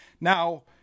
Now